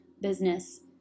business